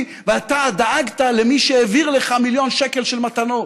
ואתה דאגת למי שהעביר לך מיליון שקל של מתנות?